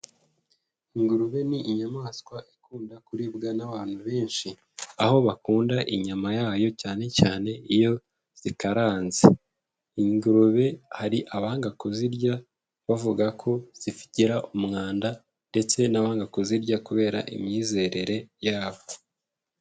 Ingurube ni inyamaswa ikunda kuribwa n'abantu benshi, aho bakunda inyama yayo cyane cyane iyo zikaranze, ingurube hari abanga kuzirya bavuga ko zigira umwanda ndetse n'abanga kuzirya kubera imyizerere yabo.